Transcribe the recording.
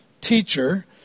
teacher